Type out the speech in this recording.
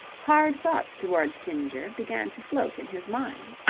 hard thoughts towards ginger began to float in his mind.